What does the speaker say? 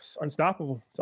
unstoppable